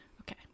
Okay